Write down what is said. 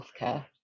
healthcare